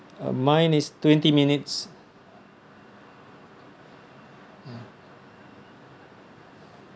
mine is twenty minutes ya